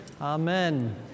amen